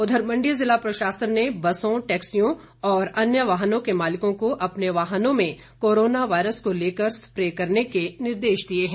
उधर मंडी ज़िला प्रशासन ने बसों टैक्सियों और अन्य वाहनों के मालिकों को अपने वाहनों में कोरोना वायरस को लेकर स्प्रे करने के निर्देश दिए हैं